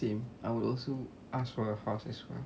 same I would also ask for a house as well